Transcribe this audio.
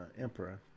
Emperor